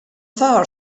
fearr